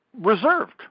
reserved